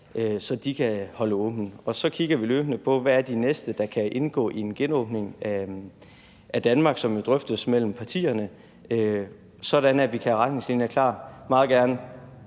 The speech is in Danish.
så de kan holde åbent. Så kigger vi løbende på, hvem de næste er, der kan indgå i en genåbning af Danmark, som jo drøftes mellem partierne, sådan at vi kan have retningslinjer klar meget gerne